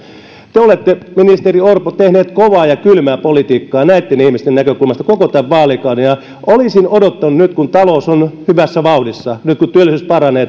te olette ministeri orpo tehnyt kovaa ja kylmää politiikkaa näitten ihmisten näkökulmasta koko tämän vaalikauden olisin odottanut nyt kun talous on hyvässä vauhdissa kun työllisyys paranee